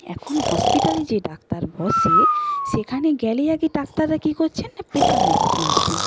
এখন হসপিটালে যে ডাক্তার বসে সেখানে গেলেই আগে ডাক্তাররা কী করছেন না প্রেসার মেপছে মাপছেন